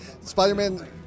Spider-Man